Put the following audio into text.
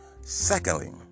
Secondly